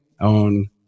on